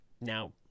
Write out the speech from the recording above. now